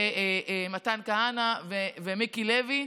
מתן כהנא ומיקי לוי,